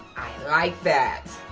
like that.